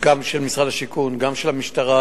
גם של משרד השיכון וגם של המשטרה,